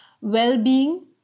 well-being